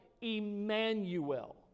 Emmanuel